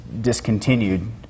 discontinued